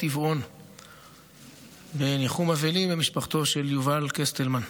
טבעון בניחום אבלים במשפחתו של יובל קסטלמן,